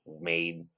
made